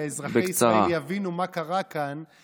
שאזרחי ישראל יבינו מה קרה כאן.